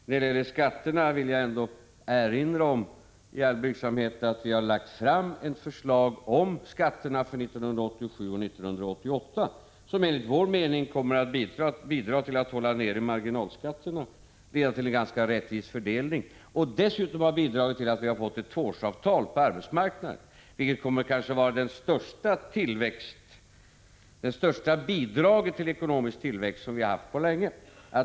När det gäller skatterna vill jag ändå i all blygsamhet erinra om att vi har lagt fram ett 17 förslag om skatterna för 1987 och 1988, som kommer att bidra till att hålla nere marginalskatterna som kommer att leda till en ganska rättvis fördelning och dessutom har bidragit till att vi har fått ett tvåårsavtal på arbetsmarknaden, vilket kanske kommer att vara det största bidraget till ekonomisk tillväxt som vi haft på länge.